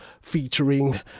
featuring